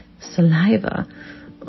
saliva